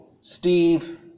Steve